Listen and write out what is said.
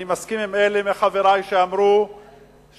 אני מסכים עם אלה מחברי שאמרו שהעשירים,